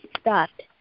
stopped